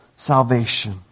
salvation